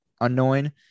unknowing